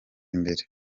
imbere